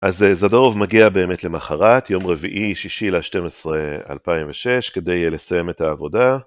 אז זדורוב מגיע באמת למחרת, יום רביעי, 6.12.2006, כדי לסיים את העבודה.